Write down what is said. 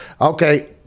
okay